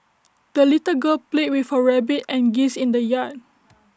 the little girl played with her rabbit and geese in the yard